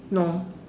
no